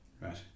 Right